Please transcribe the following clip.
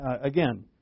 Again